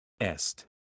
Est